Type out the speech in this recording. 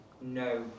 no